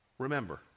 Remember